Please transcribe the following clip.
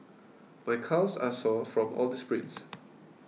my calves are sore from all the sprints